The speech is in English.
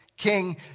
King